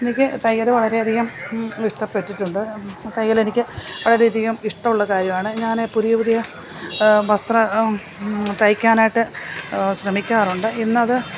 എനിക്ക് തയ്യൽ വളരെയധികം ഇഷ്ടപ്പെട്ടിട്ടുണ്ട് തയ്യൽ എനിക്ക് വളരെയധികം ഇഷ്ടമുള്ള കാര്യമാണ് ഞാൻ പുതിയ പുതിയ വസ്ത്ര തയ്ക്കാനായിട്ട് ശ്രമിക്കാറുണ്ട്